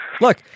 Look